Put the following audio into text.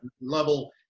level